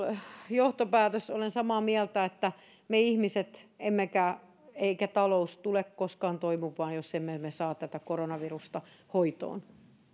johtopäätös olen samaa mieltä että emme me ihmiset eikä talous tule koskaan toipumaan jos emme saa tätä koronavirusta hoitoon